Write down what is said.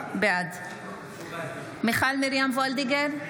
בעד מיכל מרים וולדיגר,